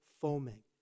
foaming